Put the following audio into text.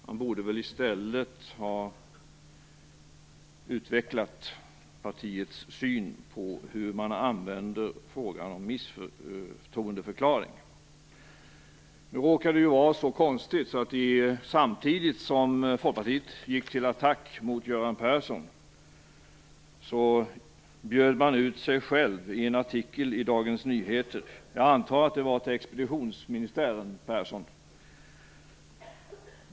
Han borde i stället ha utvecklat sitt partis syn på hur man använder frågan om misstroendeförklaring. Nu råkar det vara så konstigt att samtidigt som Folkpartiet gick till attack mot Göran Persson bjöd partiet ut sig självt i en artikel i Dagens Nyheter - till expeditionsministären Persson, antar jag.